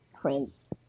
Prince